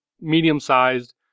medium-sized